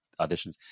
auditions